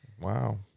Wow